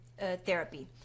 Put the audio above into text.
therapy